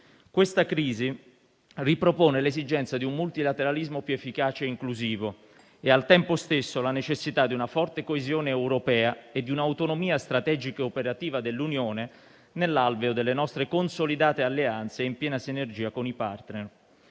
Questa crisi ripropone l'esigenza di un multilateralismo più efficace ed inclusivo e al tempo stesso la necessità di una forte coesione europea e di un'autonomia strategica e operativa dell'Unione nell'alveo delle nostre consolidate alleanze in piena sinergia con i *partner*.